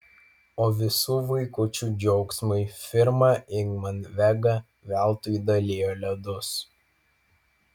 o visų vaikučių džiaugsmui firma ingman vega veltui dalijo ledus